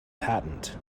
patent